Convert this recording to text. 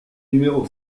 numéro